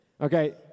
Okay